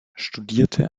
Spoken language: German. studierte